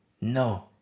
no